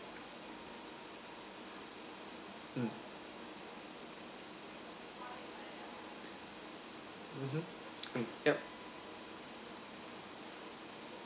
mm mmhmm mm yup